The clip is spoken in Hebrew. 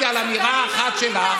אני התווכחתי על אמירה אחת שלך,